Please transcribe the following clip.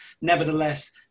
Nevertheless